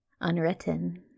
unwritten